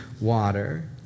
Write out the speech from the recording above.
water